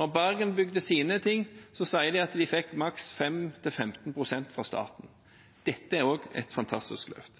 de bygde sine ting, fikk de maks 5–15 pst. fra staten. Dette er også et fantastisk løft.